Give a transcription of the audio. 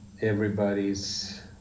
everybody's